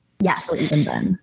Yes